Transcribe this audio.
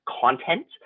content